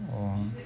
oh